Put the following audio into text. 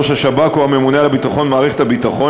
ראש השב"כ או הממונה על הביטחון במערכת הביטחון,